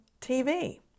TV